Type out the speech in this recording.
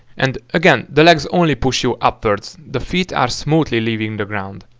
and again, the legs only push you upwards, the feet are smoothly leaving the ground.